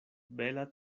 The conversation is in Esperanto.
bela